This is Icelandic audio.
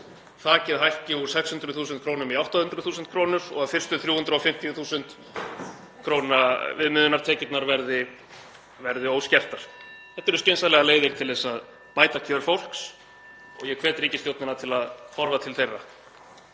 að þakið hækki úr 600.000 kr. í 800.000 kr. og að fyrstu 350.000 kr. viðmiðunartekjurnar verði óskertar. Þetta eru skynsamlegar leiðir til að bæta kjör fólks og ég hvet ríkisstjórnina til að horfa til þeirra.